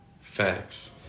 facts